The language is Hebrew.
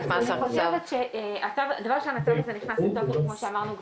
הצו הזה נכנס לתוקף כמו שאמרנו,